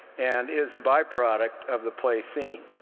and is a byproduct of the play scene.